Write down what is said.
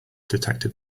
detected